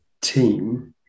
team